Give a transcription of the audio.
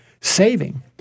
saving